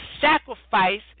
sacrifice